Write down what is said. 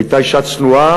הייתה אישה צנועה,